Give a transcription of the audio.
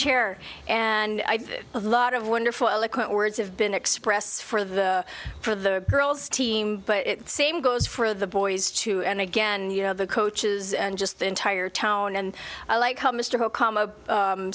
chair and of lot of wonderful eloquent words have been expressed for the for the girls team but same goes for the boys too and again you know the coaches and just the entire town and i like